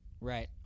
Right